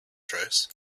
trace